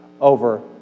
over